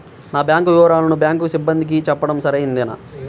నా బ్యాంకు వివరాలను బ్యాంకు సిబ్బందికి చెప్పడం సరైందేనా?